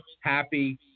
happy